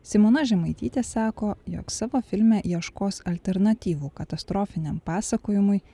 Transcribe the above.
simona žemaitytė sako jog savo filme ieškos alternatyvų katastrofiniam pasakojimui